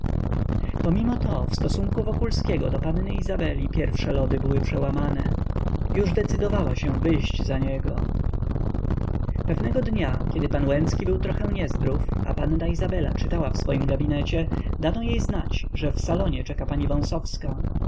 pomyślała pomimoto w stosunku wokulskiego do panny izabeli pierwsze lody były przełamane już decydowała się wyjść za niego pewnego dnia kiedy pan łęcki był trochę niezdrów a panna izabela czytała w swoim gabinecie dano jej znać że w salonie czeka pani